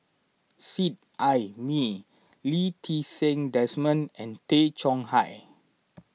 Seet Ai Mee Lee Ti Seng Desmond and Tay Chong Hai